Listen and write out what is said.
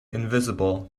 invisible